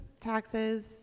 taxes